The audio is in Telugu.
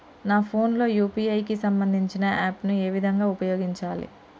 నా ఫోన్ లో యూ.పీ.ఐ కి సంబందించిన యాప్ ను ఏ విధంగా ఉపయోగించాలి?